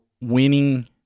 winning